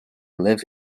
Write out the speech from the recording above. live